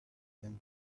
them